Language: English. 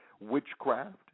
witchcraft